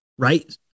Right